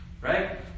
Right